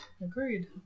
Agreed